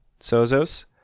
Sozos